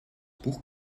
buch